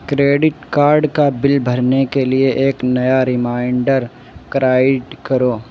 credit card کا bill بھرنے کے لیے ایک نیا ریمائنڈر کرائیٹ کرو